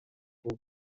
kuba